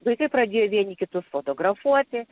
vaikai pradėjo vieni kitus fotografuoti